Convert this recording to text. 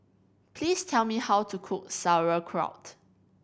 please tell me how to cook Sauerkraut